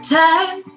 time